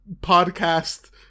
podcast